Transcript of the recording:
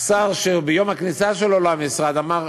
השר אשר ביום הכניסה שלו למשרד אמר: